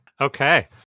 Okay